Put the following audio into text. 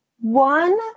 One